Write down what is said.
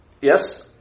yes